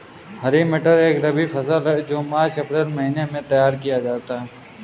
हरी मटर एक रबी फसल है जो मार्च अप्रैल महिने में तैयार किया जाता है